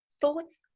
thoughts